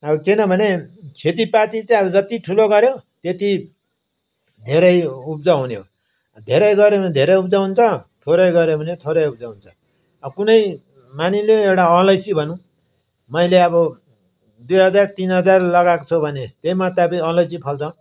अब किन भने खेतीपाती चाहिँ अब जति ठुलो गर्यो त्यति धेरै उब्जाउ हुने हो धेरै गर्यो भने धेरै उब्जाउ हुन्छ थोरै गर्यो भने थोरै उब्जाउ हुन्छ अब कुनै मानिलिउँ एउटा अलैँची भनौँ मैले अब दुई हजार तिन हजार लगाएको छु भने त्यही मुताबिक अलैँची फल्छ